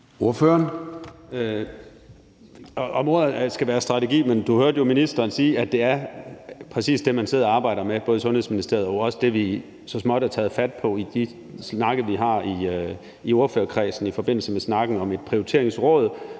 vi skal bruge, skal være »strategi«, hørte du jo ministeren sige, at det præcis er det, man sidder og arbejder med, både i Sundhedsministeriet og jo også i det, vi så småt har taget fat på i ordførerkredsen i forbindelse med snakken om et prioriteringsråd,